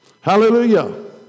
Hallelujah